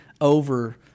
over